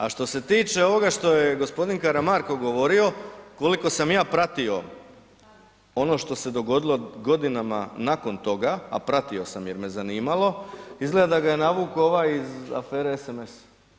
A što se tiče ovoga što je g. Karamarko govorio, koliko sam ja pratio ono što se dogodilo godinama nakon toga, a pratio sam jer me zanimalo, izgleda da ga je navukao ovaj iz afere SMS.